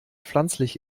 pflanzlich